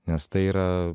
nes tai yra